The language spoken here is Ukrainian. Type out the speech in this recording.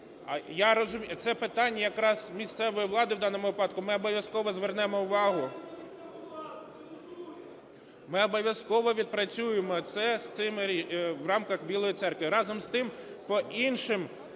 в даному випадку, ми обов'язково звернемо увагу. Ми обов'язково відпрацюємо це в рамках Білої Церкви. Разом з тим, по інших